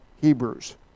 Hebrews